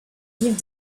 rives